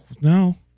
no